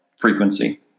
frequency